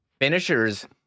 finishers